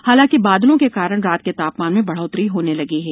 हालांकि बादलों के कारण रात के तापमान में बढ़ोतरी होने लगेगी